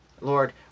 Lord